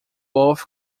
both